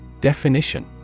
definition